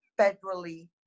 federally